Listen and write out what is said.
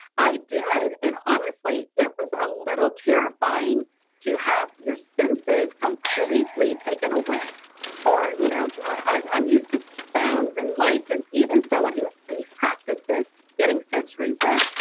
i did and honestly, it was a little terrifying to have your senses completely taken away for. you know but i'm i'm used to sounds and lights and even someone who who practices getting sensory rest.